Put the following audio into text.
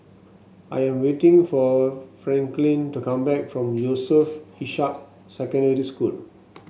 I am waiting for Franklyn to come back from Yusof Ishak Secondary School